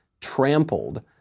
trampled